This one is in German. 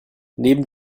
neben